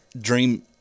dream